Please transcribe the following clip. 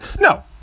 no